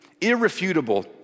irrefutable